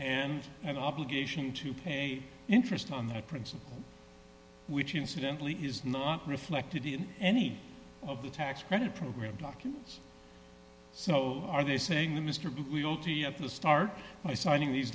and an obligation to pay interest on that principle which incidentally is not reflected in any of the tax credit program documents so are they saying that mr bugliosi at the start by signing these